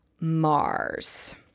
Mars